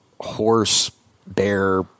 horse-bear